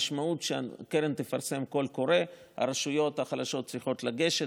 המשמעות היא שהקרן תפרסם קול קורא והרשויות החלשות יצטרכו לגשת,